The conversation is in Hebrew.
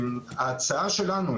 ההצעה שלנו,